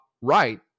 right